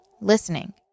listening